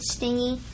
Stingy